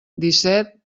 disset